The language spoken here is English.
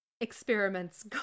experiments